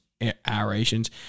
aerations